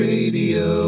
Radio